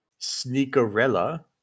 Sneakerella